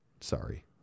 Sorry